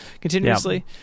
continuously